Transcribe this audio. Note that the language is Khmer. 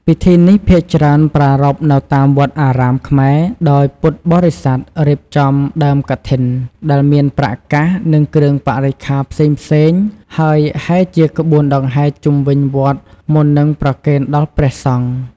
ពិធីនេះភាគច្រើនប្រារព្ធនៅតាមវត្តអារាមខ្មែរ ដោយពុទ្ធបរិស័ទរៀបចំដើមកឋិន ដែលមានប្រាក់កាស និងគ្រឿងបរិក្ខារផ្សេងៗ ហើយហែរជាក្បួនដង្ហែរជុំវិញវត្តមុននឹងប្រគេនដល់ព្រះសង្ឃ។